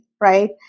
right